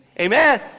amen